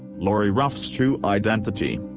lori ruff's true identity.